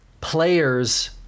players